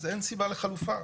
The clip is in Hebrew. אז אין סיבה לחלופה.